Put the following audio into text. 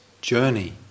journey